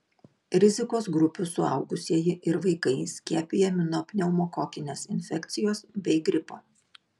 rizikos grupių suaugusieji ir vaikai skiepijami nuo pneumokokinės infekcijos bei gripo